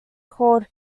called